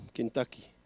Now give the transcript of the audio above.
Kentucky